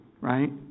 right